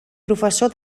professor